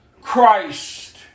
Christ